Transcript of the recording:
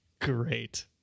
great